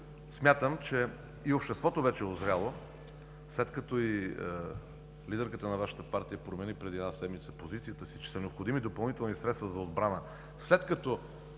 смятам, че и обществото вече е узряло, след като и лидерката на Вашата партия промени преди една седмица позицията си, че са необходими допълнителни средства за отбрана,